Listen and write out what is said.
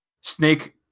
snake